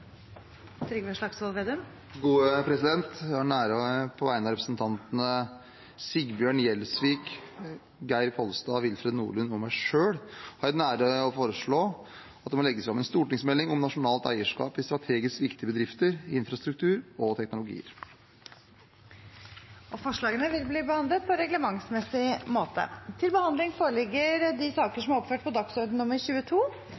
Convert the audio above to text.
Jeg har på vegne av representantene Sigbjørn Gjelsvik, Geir Pollestad, Willfred Nordlund og meg selv den ære å foreslå at det må legges fram en stortingsmelding om nasjonalt eierskap i strategisk viktige bedrifter, infrastruktur og teknologier. Forslagene vil bli behandlet på reglementsmessig måte. Stortinget mottok mandag meddelelse fra Statsministerens kontor om at statsrådene Anniken Hauglie, Frank Bakke-Jensen og Ola Elvestuen vil møte til muntlig spørretime. De